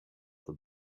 the